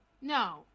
No